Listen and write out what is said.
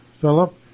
Philip